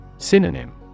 Synonym